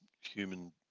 human